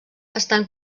estan